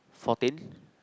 fourteen